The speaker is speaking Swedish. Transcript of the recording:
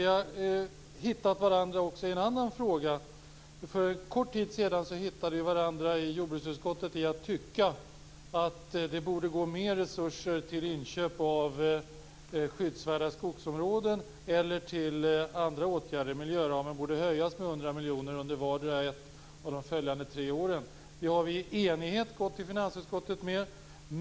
Vi har hittat varandra också i en annan fråga. För en kort tid sedan hittade vi varandra i jordbruksutskottet i att tycka att det borde gå mer resurser till inköp av skyddsvärda skogsområden eller andra åtgärder. Miljöramen borde höjas med 100 miljoner under vartdera av de tre följande åren. Detta har vi i enighet gått till finansutskottet med.